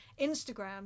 instagram